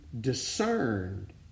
discerned